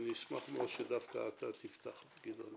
ואני אשמח מאוד שדווקא אתה תפתח, גדעון.